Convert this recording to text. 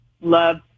love